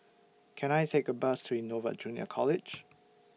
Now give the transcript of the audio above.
Can I Take A Bus to Innova Junior College